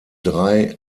drei